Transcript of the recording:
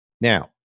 Now